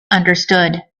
understood